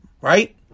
right